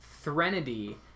Threnody